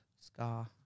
scar